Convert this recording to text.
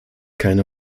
keine